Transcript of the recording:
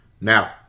Now